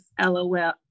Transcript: LOL